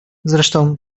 zresztą